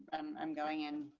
i'm going in.